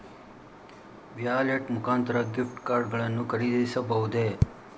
Wallet ಮುಖಾಂತರ gift card ಗಳನ್ನು ಖರೀದಿಸಬಹುದೇ?